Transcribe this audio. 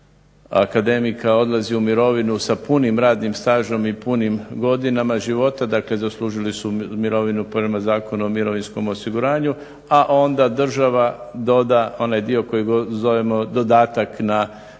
akademika odlazi u mirovinu sa punim radnim stažom i punim godinama života. Dakle zaslužili su mirovinu prema Zakonu o mirovinskom osiguranju, a onda država doda onaj dio koji zovemo dodatak na mirovinu,